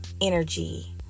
energy